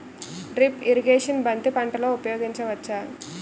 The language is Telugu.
డ్రిప్ ఇరిగేషన్ బంతి పంటలో ఊపయోగించచ్చ?